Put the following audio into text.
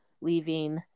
leaving